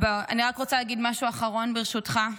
אני רק רוצה להגיד משהו אחרון לנפגעת,